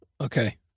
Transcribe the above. Okay